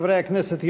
חברי הכנסת,